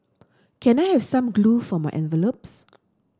can I have some glue for my envelopes